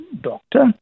doctor